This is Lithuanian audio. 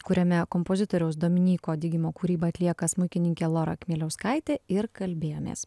kuriame kompozitoriaus dominyko digimo kūrybą atlieka smuikininkė lora kmieliauskaitė ir kalbėjomės